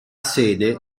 sede